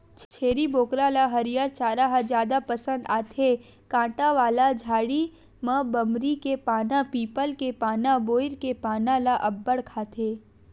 छेरी बोकरा ल हरियर चारा ह जादा पसंद आथे, कांटा वाला झाड़ी म बमरी के पाना, पीपल के पाना, बोइर के पाना ल अब्बड़ खाथे